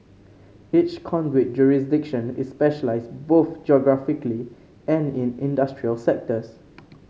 each conduit jurisdiction is specialised both geographically and in industrial sectors